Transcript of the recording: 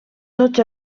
tots